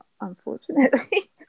unfortunately